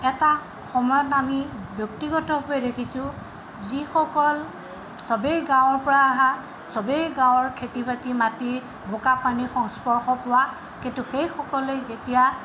এটা সময়ত আমি ব্যক্তিগতভাৱে দেখিছোঁ যিসকল সবেই গাঁৱৰ পৰা অহা সবেই গাঁৱৰ খেতি বাতি মাটি বোকা পানী সংস্পৰ্শ পোৱা কিন্তু সেইসকলে যেতিয়া